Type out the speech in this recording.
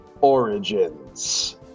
Origins